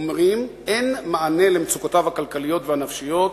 אומרים: אין מענה למצוקותיו הכלכליות והנפשיות,